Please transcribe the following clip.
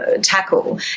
tackle